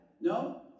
No